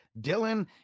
Dylan